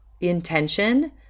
intention